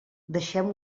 deixem